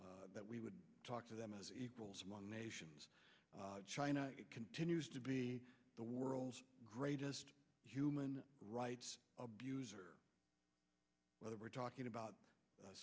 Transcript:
that we would talk to them as equals among nations china continues to be the world's greatest human rights abuse or whether we're talking about